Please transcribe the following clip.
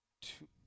two